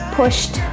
pushed